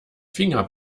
finger